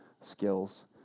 skills